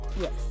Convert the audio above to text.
yes